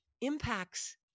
impacts